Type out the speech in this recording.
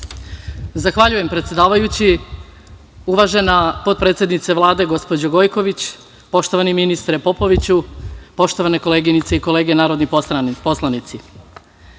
Zahvaljujem predsedavajući. Uvažena potpredsednice Vlade, gospođo Gojković, poštovani ministre, Popoviću, poštovane koleginice i kolege narodni poslanici,